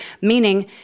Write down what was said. meaning